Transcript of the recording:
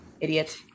Idiot